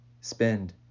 Spend